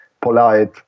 polite